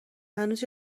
هنوز